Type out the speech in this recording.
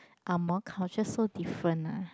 Angmoh culture so different ah